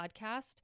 podcast